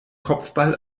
kopfball